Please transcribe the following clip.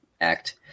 act